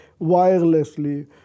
wirelessly